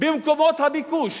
במקומות הביקוש,